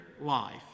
life